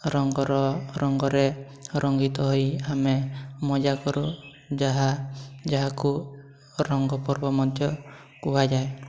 ରଙ୍ଗର ରଙ୍ଗରେ ରଙ୍ଗିତ ହୋଇ ଆମେ ମଜାକରୁ ଯାହା ଯାହାକୁ ରଙ୍ଗପର୍ବ ମଧ୍ୟ କୁହାଯାଏ